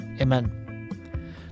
amen